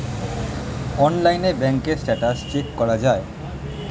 অনলাইনে ব্যাঙ্কের status check করা যায়